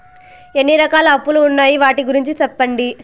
ఎన్ని రకాల అప్పులు ఉన్నాయి? వాటి గురించి సెప్పండి?